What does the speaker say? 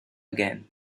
again